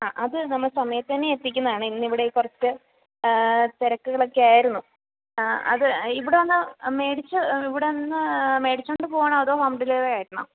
ആ അത് നമ്മൾ സമയത്ത് തന്നെ എത്തിക്കുന്നതാണ് ഇന്നിവിടെ കുറച്ച് തിരക്കുകളൊക്കെ ആയിരുന്നു അത് ഇവിടെ വന്ന് മേടിച്ച് ഇവിടെ നിന്ന് മേടിച്ചുകൊണ്ട് പോകണോ അതോ ഹോം ഡെലിവെറി ആയിരുന്നോ